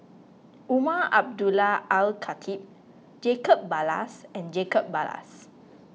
Umar Abdullah Al Khatib Jacob Ballas and Jacob Ballas